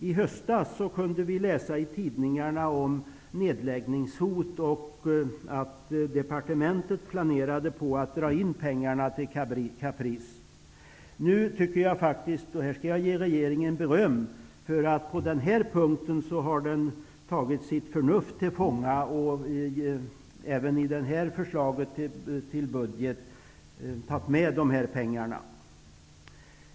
I höstas kunde vi läsa i tidningarna om nedläggningshot och att departementet planerade att dra in pengarna till Caprice. Jag skall ge regeringen beröm, eftersom den på denna punkt har tagit sitt förnuft till fånga genom att den även i denna budget tagit med dessa pengar. Herr talman!